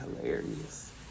hilarious